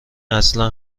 اصلا